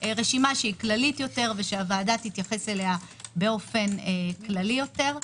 רשימה שהיא כללית יותר ושהוועדה תתייחס אליה באופן כללי יותר.